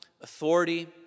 authority